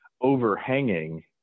overhanging